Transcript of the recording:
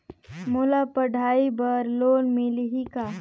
मोला पढ़ाई बर लोन मिलही का?